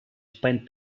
spent